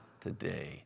today